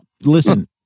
listen